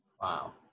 Wow